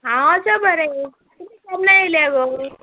हांव आसा बरें तुमी केन्ना येयल्या गो